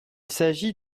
s’agit